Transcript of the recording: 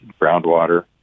groundwater